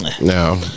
no